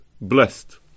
blessed